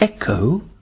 echo